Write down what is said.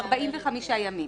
45 ימים.